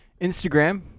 Instagram